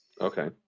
okay